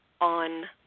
on